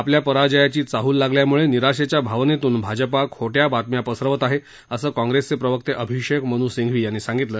आपल्या पराजयाची चाहूल लागल्याम्ळे निराशेच्या भावनेतून भाजपा खोट्या बातम्या पसरवत आहे असं काँग्रेसचे प्रवक्ते अभिषेक मन् सिंघवी यांनी सांगितलं